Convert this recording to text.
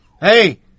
Hey